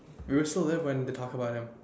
we were still there when they talked about him